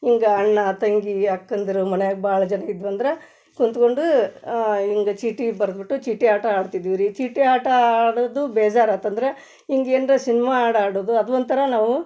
ಹಿಂಗ್ ಅಣ್ಣ ತಂಗಿ ಅಕ್ಕಂದಿರು ಮನ್ಯಾಗ ಭಾಳ ಜನ ಇದ್ವಂದ್ರೆ ಕೂತ್ಕೊಂಡು ಹಿಂಗ್ ಚೀಟಿ ಬರೆದ್ಬಿಟ್ಟು ಚೀಟಿ ಆಟ ಆಡ್ತಿದ್ದೆವು ರೀ ಚೀಟಿ ಆಟ ಆಡೋದು ಬೇಜಾರಾಯ್ತಂದ್ರೆ ಹಿಂಗ್ ಏನರ ಸಿನ್ಮಾ ಹಾಡ್ ಆಡೋದು ಅದು ಒಂಥರ ನಾವು